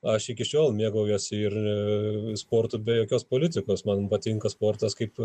aš iki šiol mėgaujuosi ir sportu be jokios politikos man patinka sportas kaip